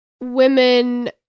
women